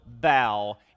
bow